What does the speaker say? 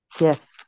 Yes